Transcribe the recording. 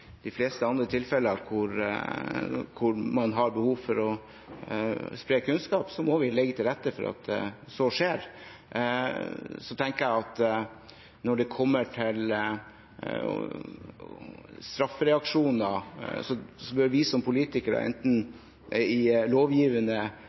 de fleste andre tilfeller hvor man har behov for å spre kunnskap, må vi legge til rette for at så skjer. Så tenker jeg at når det kommer til straffereaksjoner, bør vi som politikere, enten